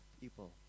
people